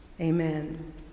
Amen